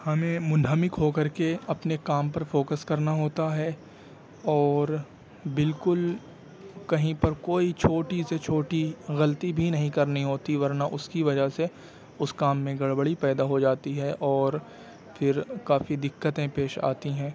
ہمیں منہمک ہو کر کے اپنے کام پر فوکس کرنا ہوتا ہے اور بالکل کہیں پر کوئی چھوٹی سے چھوٹی غلطی بھی نہیں کرنی ہوتی ورنہ اس کی وجہ سے اس کام میں گڑبڑی پیدا ہوجاتی ہے اور پھر کافی دقتیں پیش آتی ہیں